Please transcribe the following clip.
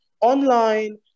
online